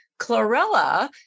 chlorella